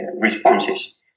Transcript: responses